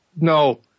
no